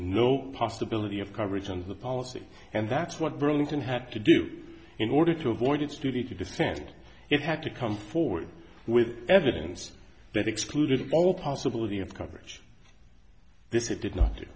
no possibility of coverage on the policy and that's what burlington had to do in order to avoid its giuditta descent it had to come forward with evidence that excluded all possibility of coverage this it did not